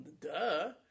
duh